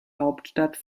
hauptstadt